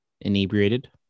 inebriated